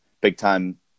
big-time